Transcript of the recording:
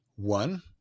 One